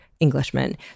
Englishman